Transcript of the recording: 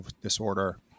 disorder